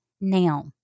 now